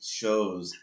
shows